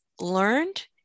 learned